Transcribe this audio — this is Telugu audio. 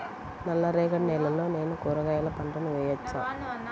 నల్ల రేగడి నేలలో నేను కూరగాయల పంటను వేయచ్చా?